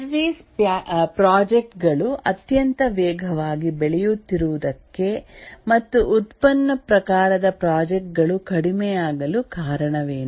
service project ಗಳು ಅತ್ಯಂತ ವೇಗವಾಗಿ ಬೆಳೆಯುತ್ತಿರುವುದಕ್ಕೆ ಮತ್ತು ಉತ್ಪನ್ನ ಪ್ರಕಾರದ ಪ್ರಾಜೆಕ್ಟ್ ಗಳು ಕಡಿಮೆಯಾಗಲು ಕಾರಣವೇನು